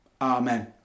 Amen